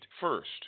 first